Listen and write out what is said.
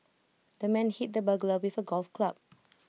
the man hit the burglar with A golf club